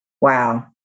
Wow